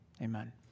Amen